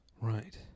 Right